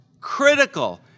Critical